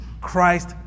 Christ